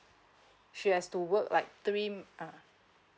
she has to work like three mm ah